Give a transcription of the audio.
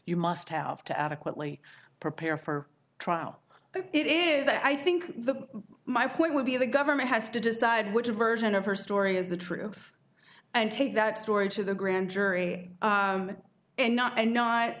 you must have to adequately prepare for trial it is that i think the my point would be the government has to decide which version of her story is the truth and take that story to the grand jury and not and no